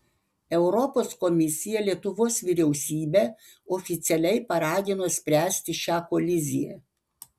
europos komisija lietuvos vyriausybę oficialiai paragino spręsti šią koliziją